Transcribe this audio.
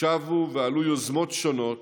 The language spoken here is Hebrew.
שבו ועלו יוזמות שונות,